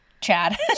Chad